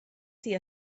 see